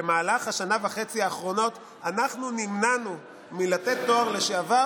במהלך השנה וחצי האחרונות אנחנו נמנענו מלתת תואר לשעבר